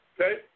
Okay